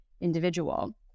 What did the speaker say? individual